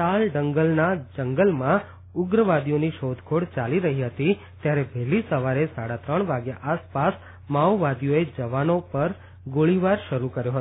તાલડંગલના જંગલમાં ઉગ્રવાદીઓની શોધખોળ ચાલી રહી હતી ત્યારે વહેલી સવારે સાડાત્રણ વાગ્યા આસપાસ માઓવાદીઓએ જવાનો ઉપર ગોળીબાર શરૂ કર્યો હતો